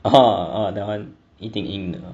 orh orh that one 一定赢的